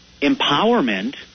empowerment